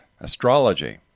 astrology